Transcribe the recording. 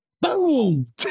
boom